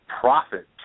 profit